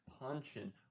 Punching